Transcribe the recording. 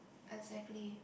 exactly